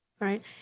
Right